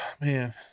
man